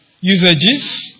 usages